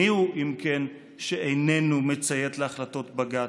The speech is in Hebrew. מיהו אם כן שאיננו מציית להחלטות בג"ץ?